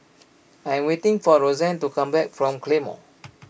I am waiting for Roseanne to come back from the Claymore